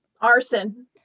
arson